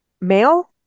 male